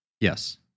Yes